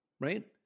right